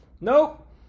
Nope